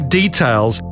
details